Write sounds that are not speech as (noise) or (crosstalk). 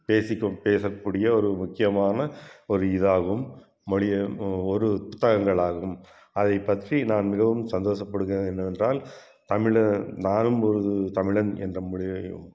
பேசிக்க பேசக்கூடிய ஒரு முக்கியமான ஒரு இதாகும் மொழி ஒரு துத்தாயங்களாகவும் அதை பற்றி நான் மிகவும் சந்தோசப்படுகிறது என்னவென்றால் தமிழன் நானும் ஒரு தமிழன் என்ற (unintelligible)